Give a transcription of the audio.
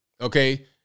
Okay